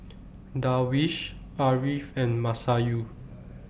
Darwish Ariff and Masayu